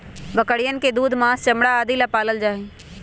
बकरियन के दूध, माँस, चमड़ा आदि ला पाल्ल जाहई